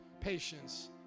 Patience